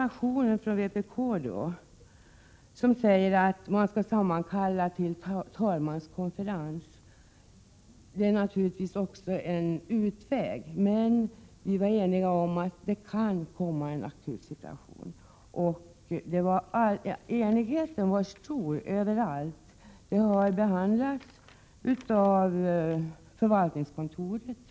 Vad som föreslås i reservationen från vpk, att man skall sammankalla talmanskonferensen, är naturligtvis också en utväg. Men vi var alltså eniga om att det kan inträffa en akut situation. Överallt var enigheten stor. Förvaltningskontoret, som behandlat frågan, har ingen erinran.